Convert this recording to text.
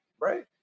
right